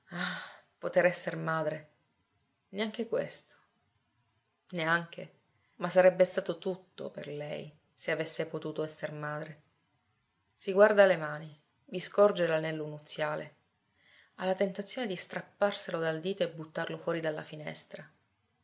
potere esser madre neanche questo neanche ma sarebbe stato tutto per lei se avesse potuto esser madre si guarda le mani vi scorge l'anello nuziale ha la tentazione di strapparselo dal dito e buttarlo fuori dalla finestra